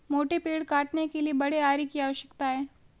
मोटे पेड़ काटने के लिए बड़े आरी की आवश्यकता है